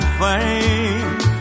fame